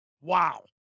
Wow